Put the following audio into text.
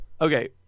Okay